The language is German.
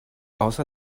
außer